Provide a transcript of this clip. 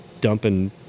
dumping